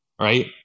Right